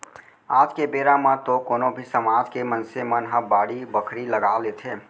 आज के बेरा म तो कोनो भी समाज के मनसे मन ह बाड़ी बखरी लगा लेथे